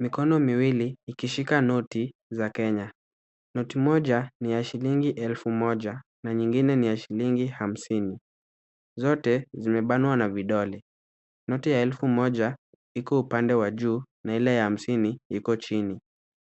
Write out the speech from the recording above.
Mikono miwili ikishika noti za kenya. Noti moja ni ya shilingi 1000 na nyingine ni ya shilingi 50 zote zimebanwa na vidole. Noti ya 1000 iko upande wa juu na ile ya 50 iko chini.